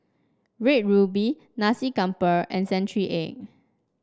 Red Ruby Nasi Campur and Century Egg